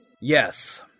Yes